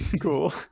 cool